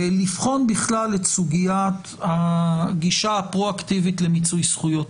לבחון בכלל את סוגיית הגישה הפרו-אקטיבית למיצוי זכויות.